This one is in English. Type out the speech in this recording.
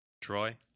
Troy